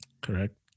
Correct